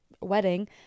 wedding